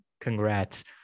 congrats